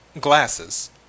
glasses